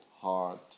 heart